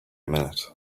minute